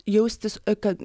jaustis kad